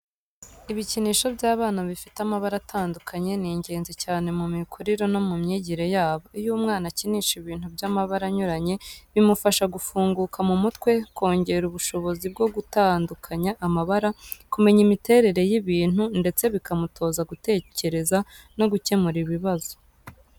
Ibikinisho by’abana bifite amabara atandukanye ni ingenzi cyane mu mikurire no mu myigire yabo. Iyo umwana akinisha ibintu by’amabara anyuranye, bimufasha gufunguka mu mutwe, kongera ubushobozi bwo gutandukanya amabara, kumenya imiterere y’ibintu, ndetse bikamutoza gutekereza no gukemura ibibazo.